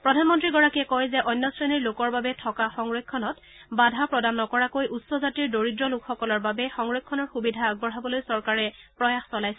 প্ৰধানমন্ত্ৰীগৰাকীয়ে কয় যে অন্য শ্ৰেণীৰ লোকৰ বাবে থকা সংৰক্ষণত বাধা প্ৰদান নকৰাকৈ উচ্চ জাতিৰ দৰিদ্ৰ লোকসকলৰ বাবে সংৰক্ষণৰ সুবিধা আগবঢ়াবলৈ চৰকাৰে প্ৰয়াস চলাইছে